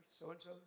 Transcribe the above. so-and-so